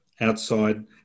outside